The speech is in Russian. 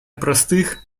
простых